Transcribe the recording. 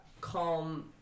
calm